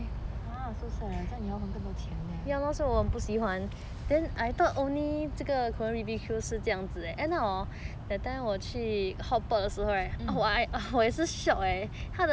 !wah! so sad 这样你要还更多钱 leh mm